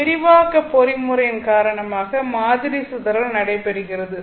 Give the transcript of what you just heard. இந்த விரிவாக்க பொறிமுறையின் காரணமாக மாதிரி சிதறல் நடைபெறுகிறது